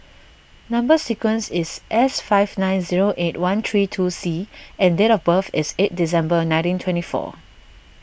Number Sequence is S five nine zero eight one three two C and date of birth is eight December nineteen twenty four